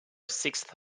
sixth